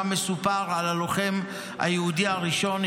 שבה מסופר על הלוחם היהודי הראשון,